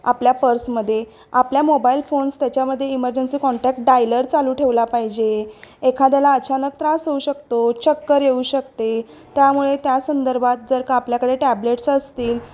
आपल्या पर्समध्ये आपल्या मोबाईल फोन्स त्याच्यामध्ये इमर्जन्सी कॉन्टॅक्ट डायलर चालू ठेवला पाहिजे एखाद्याला अचानक त्रास होऊ शकतो चक्कर येऊ शकते त्यामुळे त्या संदर्भात जर का आपल्याकडे टॅबलेट्स असतील